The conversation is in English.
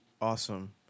awesome